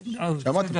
כפי שאמרתי.